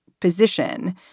position